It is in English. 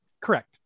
Correct